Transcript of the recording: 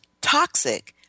toxic